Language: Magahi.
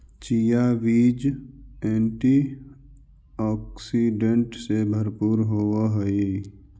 चिया बीज एंटी ऑक्सीडेंट से भरपूर होवअ हई